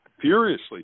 furiously